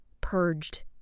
purged